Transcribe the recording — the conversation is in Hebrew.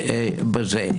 ההיגיון בזה.